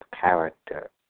character